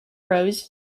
rose